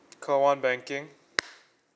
call one banking